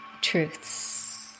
truths